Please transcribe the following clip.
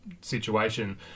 situation